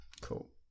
Cool